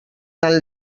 tan